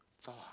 thought